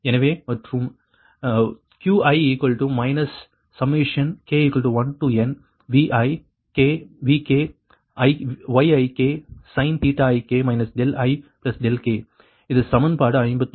எனவே மற்றும்Qi k1nVi Vk Yiksin ik ik இது சமன்பாடு 51